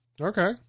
Okay